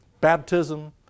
baptism